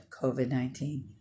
COVID-19